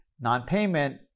non-payment